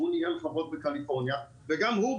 שהוא נהיה --- בקליפורניה וגם הוא,